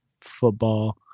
football